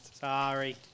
Sorry